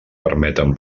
permeten